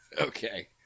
Okay